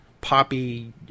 poppy